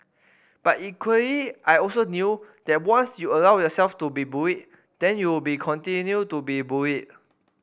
but equally I also knew that once you allow yourself to be bullied then you will be continue to be bullied